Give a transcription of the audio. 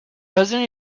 doesn’t